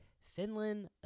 finland